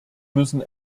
müssen